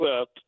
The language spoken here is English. up